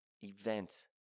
event